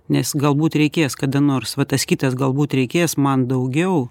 nes galbūt reikės kada nors va tas kitas galbūt reikės man daugiau